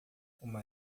uma